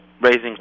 raising